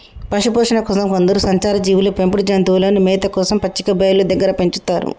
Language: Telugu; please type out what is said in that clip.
పశుపోషణ కోసం కొందరు సంచార జీవులు పెంపుడు జంతువులను మేత కోసం పచ్చిక బయళ్ళు దగ్గర పెంచుతారు